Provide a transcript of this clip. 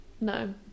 no